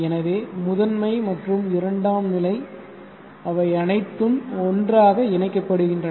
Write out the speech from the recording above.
எனவே முதன்மை மற்றும் இரண்டாம் நிலை அவை அனைத்தும் ஒன்றாக இணைக்கப்படுகின்றன